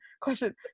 question